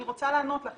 אני רוצה לענות לך,